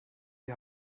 die